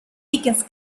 pickens